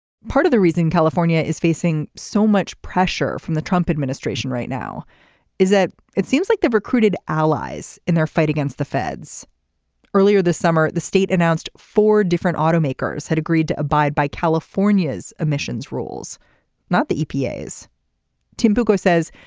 part of the reason california is facing so much pressure from the trump administration right now is that it seems like the recruited allies in their fight against the feds earlier this summer. the state announced four different automakers had agreed to abide by california's emissions rules not the epa is tim buco says.